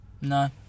No